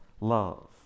love